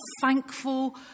thankful